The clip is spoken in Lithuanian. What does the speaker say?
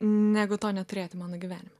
negu to neturėti mano gyvenime